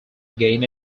again